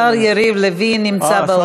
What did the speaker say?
השר יריב לוין נמצא באולם,